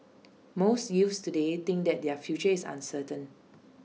most youths today think that their future is uncertain